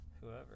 whoever